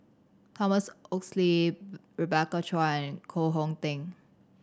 Thomas Oxley Rebecca Chua and Koh Hong Teng